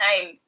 time